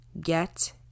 Get